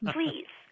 Please